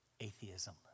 atheism